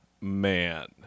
man